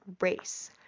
race